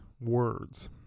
words